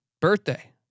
birthday